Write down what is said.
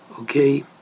Okay